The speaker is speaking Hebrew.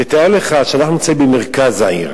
תאר לך שאנחנו נמצאים במרכז העיר,